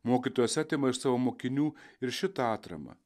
mokytojas atima iš savo mokinių ir šitą atramą